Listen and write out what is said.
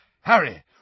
Harry